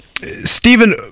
Stephen